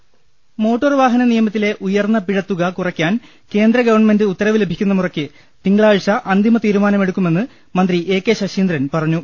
ങ്ങ ൽ മോട്ടോർ വാഹന നിയമത്തിലെ ഉയർന്ന പിഴ തുക കുറയ്ക്കാൻ കേന്ദ്ര ഗവൺമെന്റ് ഉത്തരവ് ലഭിക്കുന്ന മുറയ്ക്ക് തിങ്കളാഴ്ച അന്തിമ തീരുമാനമെടുക്കുമെന്ന് മന്ത്രി എ കെ ശശീന്ദ്രൻ പറഞ്ഞു